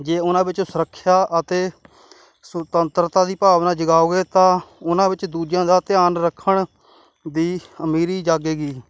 ਜੇ ਉਹਨਾਂ ਵਿੱਚੋਂ ਸੁਰੱਖਿਆ ਅਤੇ ਸੁਤੰਤਰਤਾ ਦੀ ਭਾਵਨਾ ਜਗਾਓਗੇ ਤਾਂ ਉਹਨਾਂ ਵਿੱਚ ਦੂਜਿਆਂ ਦਾ ਧਿਆਨ ਰੱਖਣ ਦੀ ਅਮੀਰੀ ਜਾਗੇਗੀ